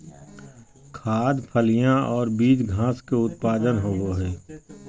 खाद्य, फलियां और बीज घास के उत्पाद होबो हइ